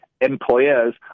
Employers